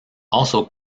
also